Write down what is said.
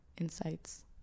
insights